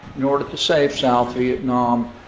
in order to save south vietnam,